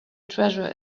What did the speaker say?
treasure